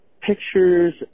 pictures